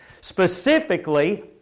Specifically